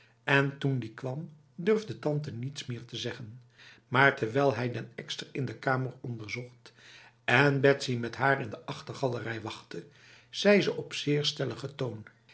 en toen die kwam durfde tante niets meer te zeggen maar terwijl hij den ekster in de kamer onderzocht en betsy met haar in de achtergalerij wachtte zei ze op zeer stellige toon